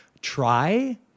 try